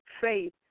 faith